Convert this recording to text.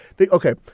okay